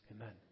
Amen